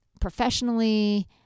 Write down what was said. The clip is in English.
professionally